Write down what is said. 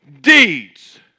deeds